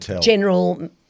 general